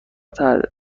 تجدید